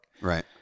Right